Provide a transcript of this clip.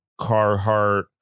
Carhartt